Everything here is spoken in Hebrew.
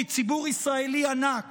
ציבור ישראלי ענק